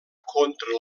contra